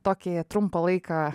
tokį trumpą laiką